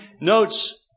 notes